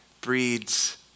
breeds